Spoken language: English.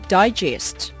digest